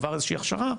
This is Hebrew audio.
עבר איזושהי הכשרה.